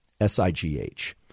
S-I-G-H